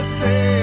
say